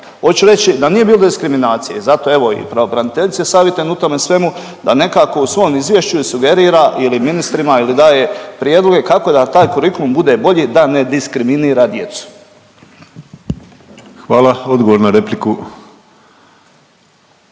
Oću reći da nije bilo diskriminacije. I zato evo i pravobraniteljici savjetujem u tome svemu da nekako u svome izvješću i sugerira ili ministrima ili daje prijedlog kako da taj kurikulum bude bolji da ne diskriminira djecu. **Penava, Ivan (DP)**